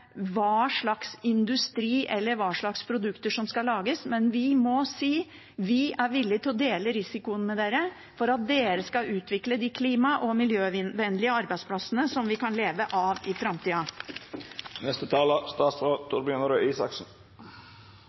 hva slags industri eller hva slags produkter som skal lages, men vi må si at vi er villige til å dele risikoen med dem for at de skal utvikle de klima- og miljøvennlige arbeidsplassene som vi kan leve av i framtida.